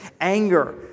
Anger